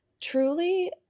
truly